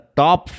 top